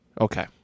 Okay